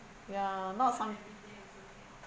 ya not fun